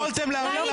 לא יאומן.